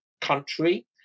country